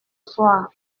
soir